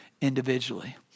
individually